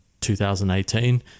2018